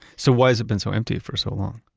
so why has it been so empty for so long?